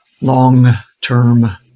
long-term